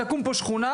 תקום פה שכונה,